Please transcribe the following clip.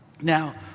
Now